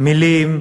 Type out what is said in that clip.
מילים,